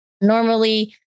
Normally